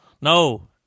No